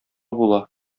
була